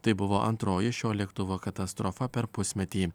tai buvo antroji šio lėktuvo katastrofa per pusmetį